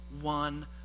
one